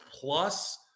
plus